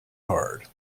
hard